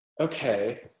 Okay